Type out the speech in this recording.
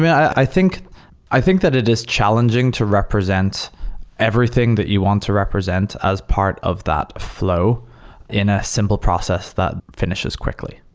i think i think that it is challenging to represent everything that you want to represent as part of that flow in a simple process that finishes quickly.